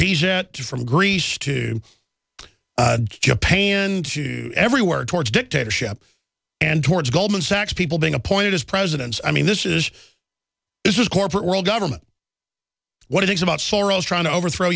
he's at from greece to japan to everywhere towards dictatorship and towards goldman sachs people being appointed as presidents i mean this is this is corporate world government what it's about soros trying to overthrow